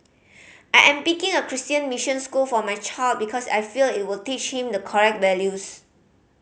I am picking a Christian mission school for my child because I feel it would teach him the correct values